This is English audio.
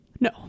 No